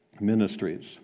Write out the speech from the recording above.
ministries